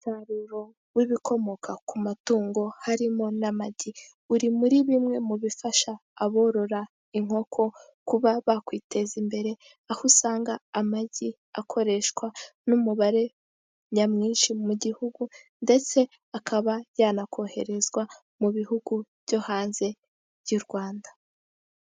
Umusaruro w'ibikomoka ku matungo harimo n'amagi uri muri bimwe mu bifasha aborora inkoko kuba bakwiteza imbere, aho usanga amagi akoreshwa n'umubare nyamwinshi mu gihugu ndetse akaba yanakoherezwa mu bihugu byo hanze y'u Rwanda.